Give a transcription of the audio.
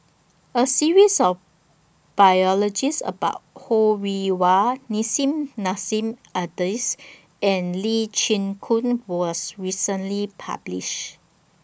A series of about Ho Rih Hwa Nissim Nassim Adis and Lee Chin Koon was recently published